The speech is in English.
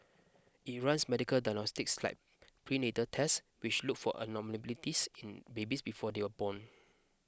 it runs medical diagnostics like prenatal tests which look for abnormalities in babies before they are born